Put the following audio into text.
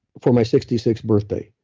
for my sixty sixth birthday,